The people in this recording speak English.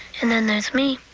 and then there's me.